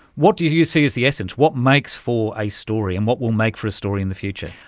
what do you see as the essence? what makes for a story and what will make for a story in the future?